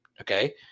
Okay